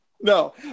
No